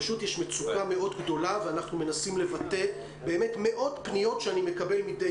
פשוט יש מצוקה מאוד גדולה ואנחנו מנסים לבטא מאות פניות מהורים,